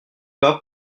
pas